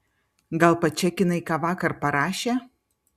gal pačekinai ką vakar parašė